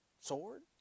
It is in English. Sword